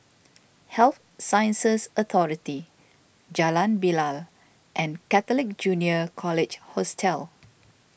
Health Sciences Authority Jalan Bilal and Catholic Junior College Hostel